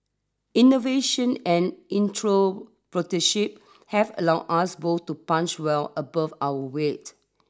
innovation and have allowed us both to punch well above our weight